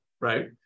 right